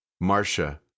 Marcia